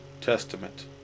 testament